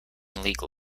legal